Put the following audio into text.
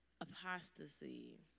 apostasy